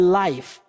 life